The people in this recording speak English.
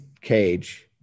Cage